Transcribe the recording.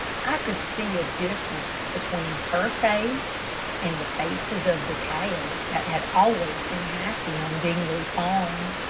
i could see a difference between her face and the faces of the cows that had always been happy on dingley farm.